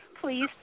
please